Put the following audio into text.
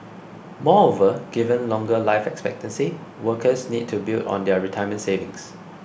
moreover given longer life expectancy workers need to build on their retirement savings